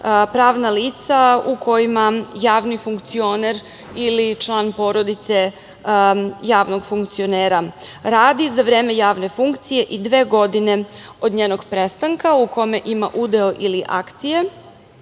pravna lica u kojima javni funkcioner ili član porodice javnog funkcionera radi, za vreme javne funkcije i dve godine od njenog prestanka u kome ima udeo ili akcije,